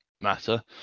matter